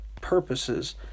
purposes